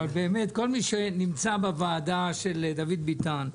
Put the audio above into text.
אבל כל מי שנמצא בוועדה של דוד ביטן,